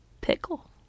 pickle